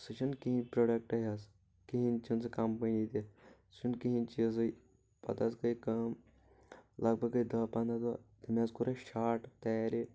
سُہ چھُنہٕ کہیٖنۍ پروڈکٹے حظ کہیٖنۍ چھُنہٕ سُہ کمپٔنی تہِ سُہ چھنہٕ کہیٖنۍ چیٖزٕے پتہٕ حظ گٔے کأم لگ بگ گٔے دہ پنٛداہ دۄہ تٔمۍ حظ کوٚر اَسہِ شاٹ تارِ